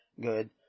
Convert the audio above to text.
good